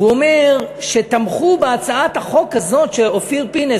והוא אומר שתמכו בהצעת החוק הזאת שאופיר פינס,